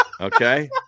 Okay